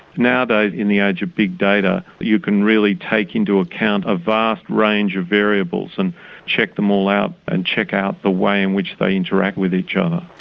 nowadays in the age of big data you can really take into account a vast range of variables and check them all out and check out the way in which they interact with each other.